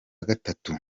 gatatu